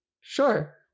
sure